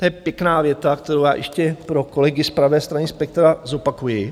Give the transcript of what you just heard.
To je pěkná věta, kterou já ještě pro kolegy z pravé strany spektra zopakuji.